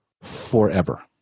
forever